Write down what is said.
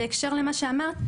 בהקשר למה שאמרת,